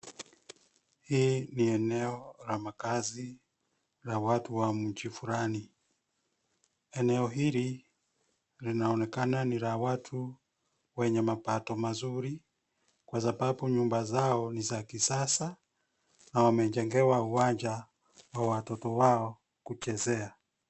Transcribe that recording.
Hii ni eneo la makazi katika la watu wa mji fulani, eneo hili linaonekana ni la watu wenye mapato mazuri kwa sababu nyumba zao ni za kisasa na wamejengewa uwanja wa watoto wao kuchezea.